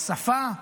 שפה,